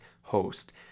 host